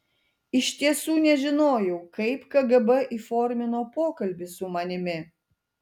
iš tiesų nežinojau kaip kgb įformino pokalbį su manimi